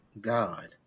God